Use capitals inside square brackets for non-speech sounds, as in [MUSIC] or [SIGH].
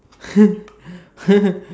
[LAUGHS]